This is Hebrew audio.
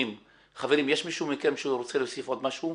חברים, יש מישהו מכם שרוצה להוסיף עוד משהו?